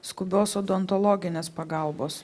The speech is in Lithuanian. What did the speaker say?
skubios odontologinės pagalbos